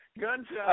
Gunshot